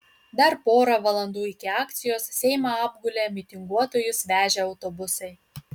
dar pora valandų iki akcijos seimą apgulė mitinguotojus vežę autobusai